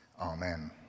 Amen